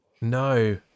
No